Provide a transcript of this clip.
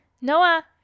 Noah